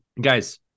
guys